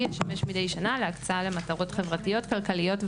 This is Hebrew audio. ישמש מדי שנה להקצאה למטרות חברתיות,